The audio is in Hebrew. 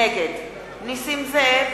(קוראת בשמות חברי הכנסת)